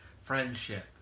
Friendship